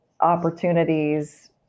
opportunities